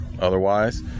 otherwise